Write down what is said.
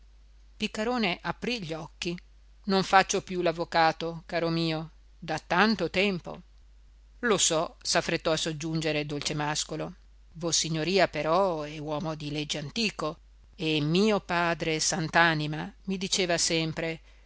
piccarone aprì gli occhi non faccio più l'avvocato caro mio da tanto tempo lo so s'affrettò a soggiungere dolcemàscolo vossignoria però è uomo di legge antico e mio padre sant'anima mi diceva sempre